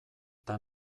eta